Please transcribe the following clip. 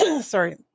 sorry